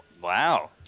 Wow